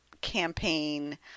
campaign